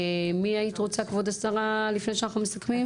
מי היית רוצה, כבוד השרה, לפני שאנחנו מסכמים?